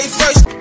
first